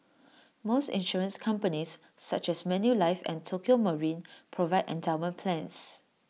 most insurance companies such as Manulife and Tokio marine provide endowment plans